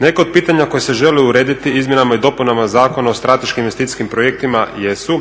Neka od pitanja koje se želi urediti izmjenama i dopunama Zakona o strateškim investicijskim projektima jesu